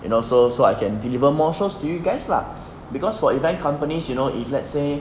you know so so I can deliver more shows to you guys lah because for event companies you know if let's say